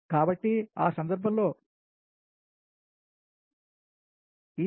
కాబట్టి ఆ సందర్భంలో ఈ 37